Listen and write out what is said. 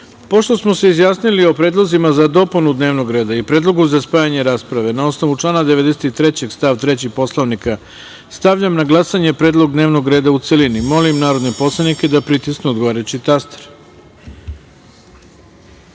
smo se izjasnili o predlozima za dopunu dnevnog reda i predlogu za spajanje rasprave, na osnovu člana 93. stav 3. Poslovnika, stavljam na glasanje predlog dnevnog reda u celini. Molim narodne poslanike da pritisnu odgovarajući